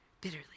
bitterly